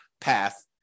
path